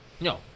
No